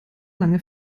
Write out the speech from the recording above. lange